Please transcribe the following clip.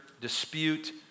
dispute